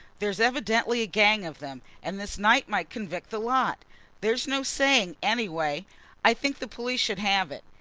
there's evidently a gang of them, and this knife might convict the lot there's no saying anyway i think the police should have it.